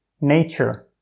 nature